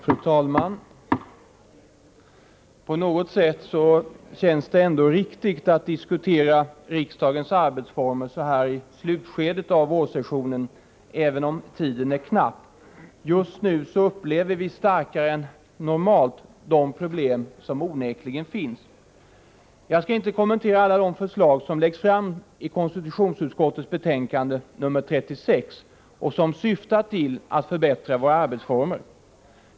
Fru talman! På något sätt känns det ändå riktigt att diskutera riksdagens arbetsformer så här i slutskedet av vårsessionen, även om tiden är knapp. Just nu upplever vi starkare än normalt de problem som onekligen finns. Jag skall inte kommentera alla de förslag som läggs fram i konstitutionsutskottets betänkande 36 och som syftar till att förbättra våra arbetsformer.